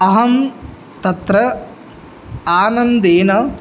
अहं तत्र आनन्देन